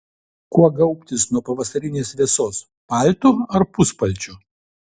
kuo gaubtis nuo pavasarinės vėsos paltu ar puspalčiu